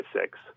six